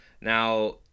Now